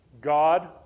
God